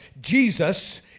Jesus